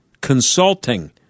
consulting